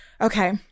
Okay